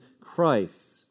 Christ